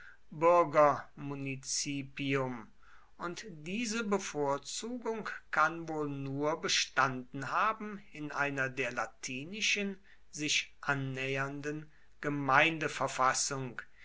bürgermunizipium und diese bevorzugung kann wohl nur bestanden haben in einer der latinischen sich annähernden